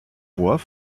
bois